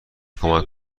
کمک